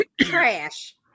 trash